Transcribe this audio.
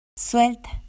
Suelta